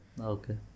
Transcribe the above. Okay